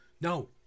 No